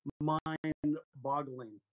mind-boggling